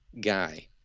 guy